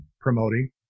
promoting